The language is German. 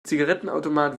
zigarettenautomat